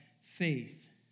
faith